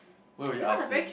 what were you asking